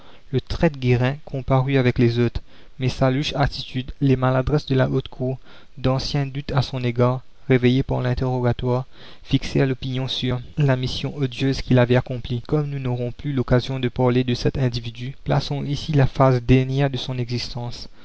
le traître guérin comparut avec les autres mais sa louche attitude les maladresses de la haute cour d'anciens doutes à son égard réveillés par l'interrogatoire fixèrent l'opinion sur la mission odieuse qu'il avait accomplie comme nous n'aurons plus l'occasion de parler de cet individu plaçons ici la phase dernière de son existence